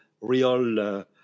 real